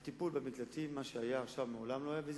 הטיפול במקלטים, מה שהיה עכשיו מעולם לא היה, וזה